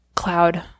cloud